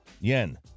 yen